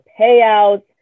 payouts